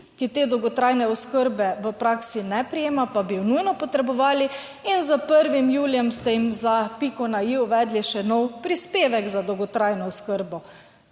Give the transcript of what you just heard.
ki te dolgotrajne oskrbe v praksi ne prejema pa bi jo nujno potrebovali. In s 1. julijem ste jim za piko na i uvedli še nov prispevek za dolgotrajno oskrbo,